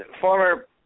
former